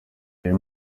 uyu